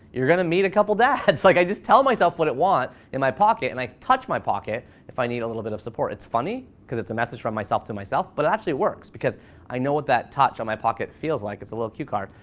you're gonna meet a couple dads, like i just tell myself what i want in my pocket and i touch my pocket if i need a little bit of support. it's funny, cause it's a message from myself to myself, but it actually works. cause i know what that touch on my pocket feels like, it's a little cue card,